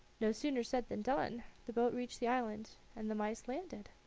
no sooner said than done. the boat reached the island, and the mice landed.